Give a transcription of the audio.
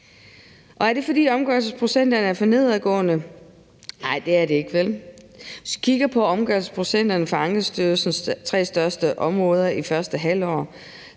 Er det, fordi omgørelsesprocenterne er for nedadgående? Nej, det er det ikke, vel? Hvis vi kigger på omgørelsesprocenterne fra Ankestyrelsens tre største områder i første halvår,